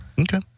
Okay